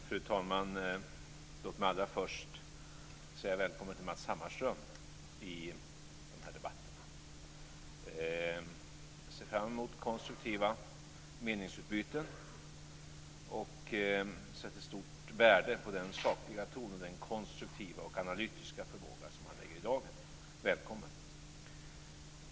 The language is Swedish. Fru talman! Låt mig allra först hälsa Matz Hammarström välkommen till de här debatterna. Jag ser fram emot konstruktiva meningsutbyten, och jag sätter stort värde på den sakliga ton och den konstruktiva och analytiska förmåga som han lägger i dagen. Välkommen!